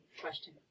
question